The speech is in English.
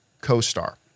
co-star